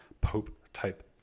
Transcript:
Pope-type